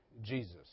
Jesus